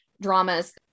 dramas